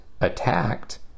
attacked